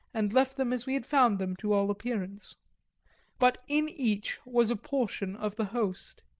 and left them as we had found them to all appearance but in each was a portion of the host.